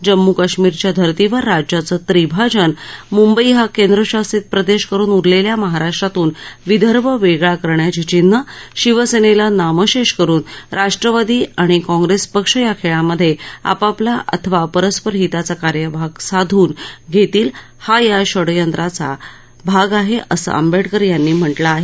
जम्मू काश्मीरच्या धर्तीवर राज्याचं त्रिभाजन मुंबई हा केंद्रशासित प्रदेश करून उरलेल्या महाराष्ट्रातून विदर्भ वेगळा करण्याची चिन्ह शिवसेनेला नामशेष करून राष्ट्रवादी आणि काँग्रेस पक्ष या खेळामध्ये आपापला अथवा परस्पर हिताचा कार्यभाग साधून घेतील हा या षड्यंत्राचा भाग आहे असं आंबेडकर यांनी म्हटलं आहे